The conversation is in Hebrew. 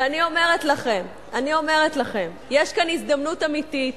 ואני אומרת לכם, יש כאן הזדמנות אמיתית